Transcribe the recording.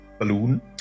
balloon